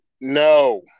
No